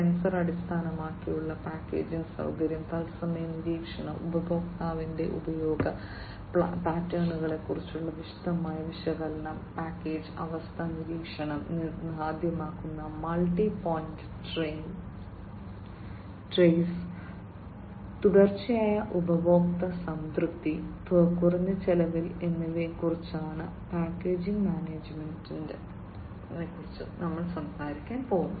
sensor അടിസ്ഥാനമാക്കിയുള്ള packaging സൌകര്യം തത്സമയ നിരീക്ഷണം ഉപഭോക്താവിന്റെ ഉപയോഗ പാറ്റേണുകളെക്കുറിച്ചുള്ള വിശദമായ വിശകലനം പാക്കേജ് അവസ്ഥ നിരീക്ഷണം സാധ്യമാക്കുന്ന മൾട്ടി പോയിന്റ് ട്രെയ്സ് തുടർച്ചയായ ഉപഭോക്തൃ സംതൃപ്തി കുറഞ്ഞ ചെലവ് എന്നിവയെക്കുറിച്ച് പാക്കേജിംഗ് മാനേജ്മെന്റ് സംസാരിക്കുന്നു